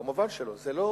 מובן שלא, זה לא